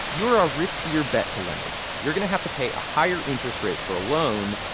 you're a riskier bet to lenders. you're going to have to pay a higher interest rate for a loan,